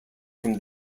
from